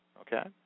Okay